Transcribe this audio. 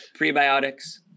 Prebiotics